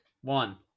One